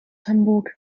hamburg